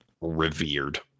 revered